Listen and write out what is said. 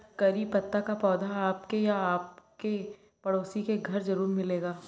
करी पत्ता का पौधा आपके या आपके पड़ोसी के घर ज़रूर मिलेगा